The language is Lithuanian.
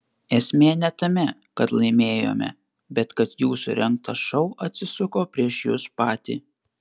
esmė ne tame kad laimėjome bet kad jūsų rengtas šou atsisuko prieš jus patį